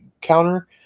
counter